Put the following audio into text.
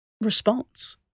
response